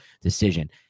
decision